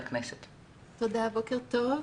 תודה ובוקר טוב.